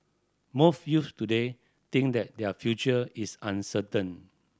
most youths today think that their future is uncertain